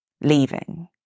leaving